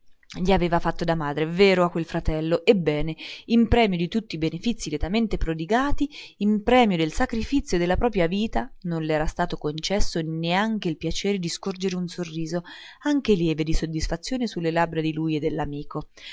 gli aveva fatto da madre è vero a quel fratello ebbene in premio di tutti i benefizi lietamente prodigati in premio del sacrifizio della propria vita non le era stato concesso neanche il piacere di scorgere un sorriso anche lieve di soddisfazione su le labbra di lui e